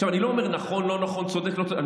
עכשיו אני לא אומר נכון, לא נכון, צודק, לא צודק.